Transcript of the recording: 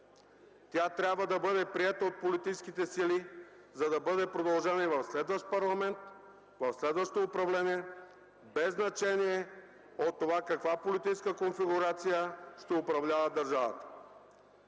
Тя трябва да бъде приета от политическите сили, за да бъде продължена и в следващ парламент, в следващо управление, без значение от това каква политическа конфигурация ще управлява държавата.